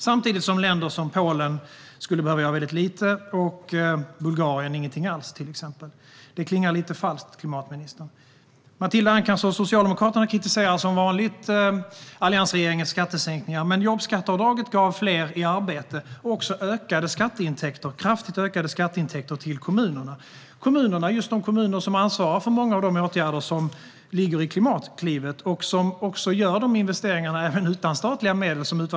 Samtidigt skulle till exempel länder som Polen behöva göra väldigt lite och Bulgarien ingenting alls. Det klingar lite falskt, klimatministern. Matilda Ernkrans från Socialdemokraterna kritiserar som vanligt alliansregeringens skattesänkningar. Men jobbskatteavdraget gav fler i arbete och även kraftigt ökade skatteintäkter till kommunerna. Kommunerna är ju de som ansvarar för många av de åtgärder som ligger i Klimatklivet och som, som utvärderingarna visar, också gör investeringar även utan statliga medel.